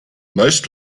most